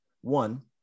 One